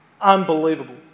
unbelievable